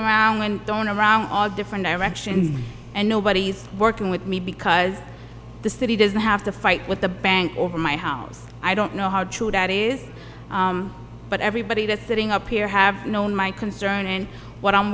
don't around all different directions and nobody's working with me because the city doesn't have to fight with the bank over my house i don't know how true that is but everybody just sitting up here have known my concern and what i'm